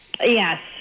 Yes